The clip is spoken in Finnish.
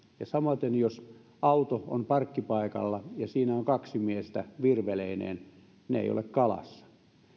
ja samaten jos auto on parkkipaikalla ja siinä on kaksi miestä virveleineen ne eivät ole kalassa